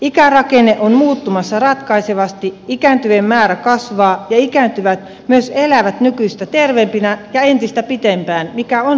ikärakenne on muuttumassa ratkaisevasti ikäänty vien määrä kasvaa ja ikääntyvät myös elävät nykyistä terveempinä ja entistä pitempään mikä on hyvä asia